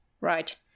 right